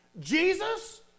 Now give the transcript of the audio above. Jesus